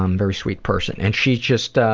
um very sweet person, and she just,